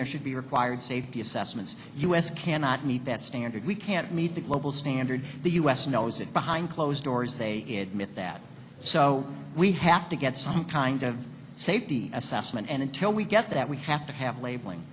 there should be required safety assessments us cannot meet that standard we can't meet the global standard the u s knows it behind closed doors they did with that so we have to get some kind of safety assessment and until we get that we have to have labeling